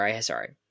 Sorry